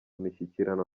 mishyikirano